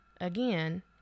again